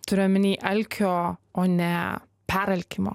turiu omeny alkio o ne peralkimo